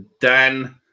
Dan